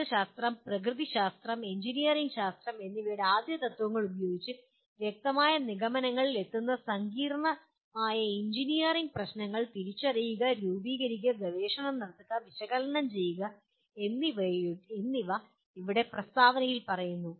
ഗണിതശാസ്ത്രം പ്രകൃതിശാസ്ത്രം എഞ്ചിനീയറിംഗ് ശാസ്ത്രം എന്നിവയുടെ ആദ്യ തത്ത്വങ്ങൾ ഉപയോഗിച്ച് വ്യക്തമായ നിഗമനങ്ങളിൽ എത്തുന്ന സങ്കീർണ്ണമായ എഞ്ചിനീയറിംഗ് പ്രശ്നങ്ങൾ തിരിച്ചറിയുക രൂപീകരിക്കുക ഗവേഷണം നടത്തുക വിശകലനം ചെയ്യുക എന്നിവ ഇവിടെ പ്രസ്താവനയിൽ പറയുന്നു